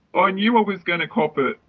ah knew i was going to cop it.